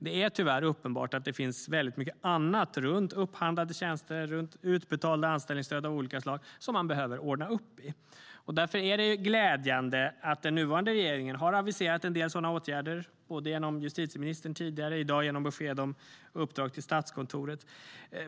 Det är tyvärr uppenbart att det finns mycket annat runt upphandlade tjänster och utbetalda anställningsstöd av olika slag som man behöver ordna upp i.Därför är det glädjande att den nuvarande regeringen har aviserat en del sådana åtgärder, både genom justitieministern tidigare och i dag genom besked om uppdrag till Statskontoret.